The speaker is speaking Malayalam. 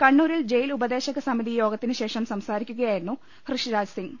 കണ്ണൂരിൽ ജയിൽ ഉപദേശക സമിതി യോഗത്തിന് ശേഷം സംസാരിക്കുകയായിരുന്നു ഋഷിരാജ് സിംഗ്